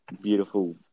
beautiful